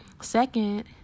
second